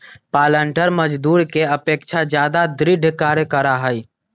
पालंटर मजदूर के अपेक्षा ज्यादा दृढ़ कार्य करा हई